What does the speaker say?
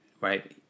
right